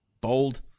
bold